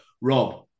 Rob